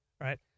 Right